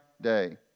day